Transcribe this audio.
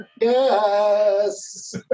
Yes